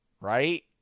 right